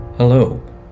Hello